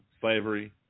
slavery